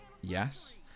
Yes